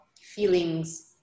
feelings